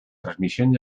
transmisión